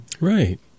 Right